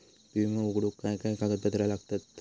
विमो उघडूक काय काय कागदपत्र लागतत?